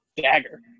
Dagger